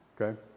okay